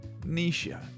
Nisha